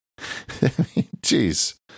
Jeez